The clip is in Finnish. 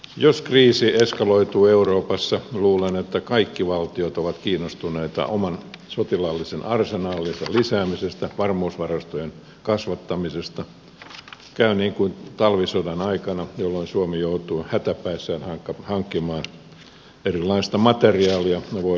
jos kriisi eskaloituu euroopassa luulen että kaikki valtiot ovat kiinnostuneita oman sotilaallisen arsenaalinsa lisäämisestä varmuusvarastojen kasvattamisesta käy niin kuin talvisodan aikana jolloin suomi joutui hätäpäissään hankkimaan erilaista materiaalia voidakseen käydä sotaa